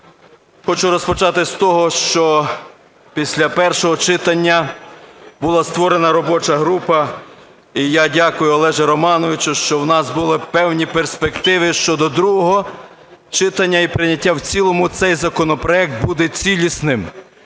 хочу розпочати з того, що після першого читання була створена робоча група. І я дякую, Олеже Романовичу, що в нас були певні перспективи щодо другого читання і прийняття в цілому, цей законопроект буде цілісним